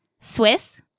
Swiss